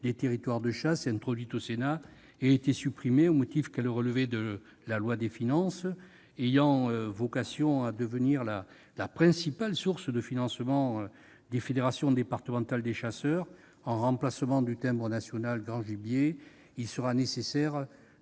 susceptibles d'être chassés », introduite par le Sénat, ait été supprimée, au motif qu'elle relevait d'une loi de finances. Ce dispositif ayant vocation à devenir la principale source de financement des fédérations départementales des chasseurs, en remplacement du timbre national grand gibier, il sera nécessaire